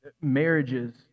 Marriages